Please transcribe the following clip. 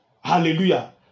Hallelujah